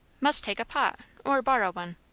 must take a pot or borrow one.